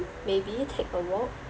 maybe take a walk